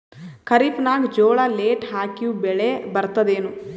ಖರೀಫ್ ನಾಗ ಜೋಳ ಲೇಟ್ ಹಾಕಿವ ಬೆಳೆ ಬರತದ ಏನು?